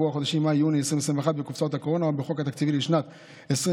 החודשים מאי-יוני 2021 בקופסאות הקורונה או בחוק התקציב לשנת 2021,